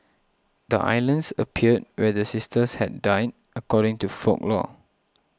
the islands appeared where the sisters had died according to folklore